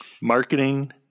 Marketing